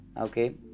okay